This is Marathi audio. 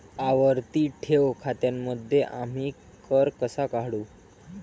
आवर्ती ठेव खात्यांमध्ये आम्ही कर कसा काढू?